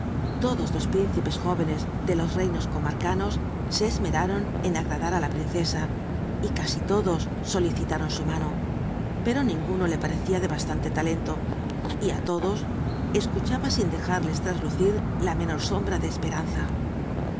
lodos los príncipes jórcne s de los reinos comarca nos e e mcraron en agradar á la princesa y ra i lodos solicitaron su mano pero ninguno le pare ia de has anle talento y á lodos escucha ha sin dejarles lraslucir la menor sombra de esperanza